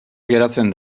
geratzen